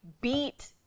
beat